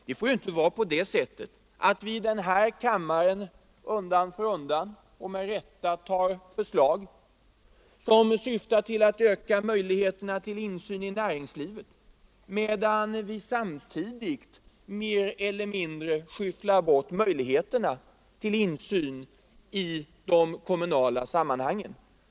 Det får ju inte vara på det sättet att vi i den här kammaren undan för undan — och med rätta — godkänner förslag som syftar till att öka möjligheterna till insyn i näringslivet, medan vi samtidigt mer eller mindre skyfflar bort möjligheterna till insyn i de kommunala sammanhangen.